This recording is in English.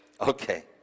okay